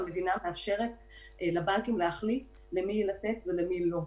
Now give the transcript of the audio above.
המדינה מאפשרת לבנקים להחליט למי לתת ולמי לא,